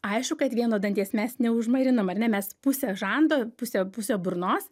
aišku kad vieno danties mes neužmarinam ar ne mes pusę žando pusę pusę burnos